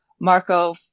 Marco